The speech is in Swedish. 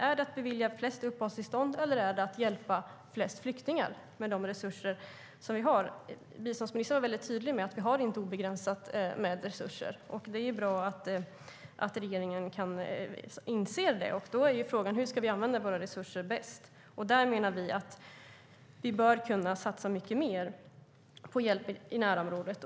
Är det att bevilja flest uppehållstillstånd, eller är det att hjälpa flest flyktingar med de resurser som vi har? Biståndsministern var mycket tydlig med att vi inte har obegränsat med resurser, och det är bra att regeringen kan inse det. Då är frågan hur vi ska använda våra resurser bäst. Där menar vi att vi bör kunna satsa mycket mer på hjälp i närområdet.